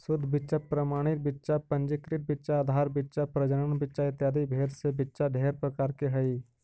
शुद्ध बीच्चा प्रमाणित बीच्चा पंजीकृत बीच्चा आधार बीच्चा प्रजनन बीच्चा इत्यादि भेद से बीच्चा ढेर प्रकार के हई